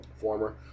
former